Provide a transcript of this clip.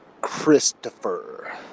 Christopher